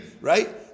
right